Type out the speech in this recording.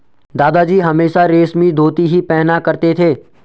दादाजी हमेशा रेशमी धोती ही पहना करते थे